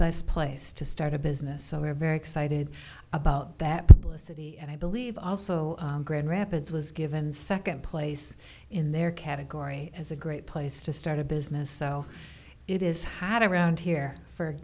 best place to start a business some are very excited about that publicity and i believe also grand rapids was given second place in their category as a great place to start a business sell it is had around here for